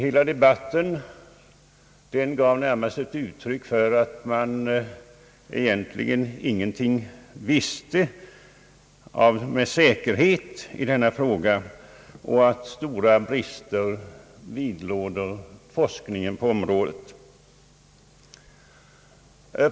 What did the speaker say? Hela debatten gav närmast ett intryck av att man egentligen inte visste någonting med säkerhet i denna fråga och att stora brister vidlåder forskningen på området.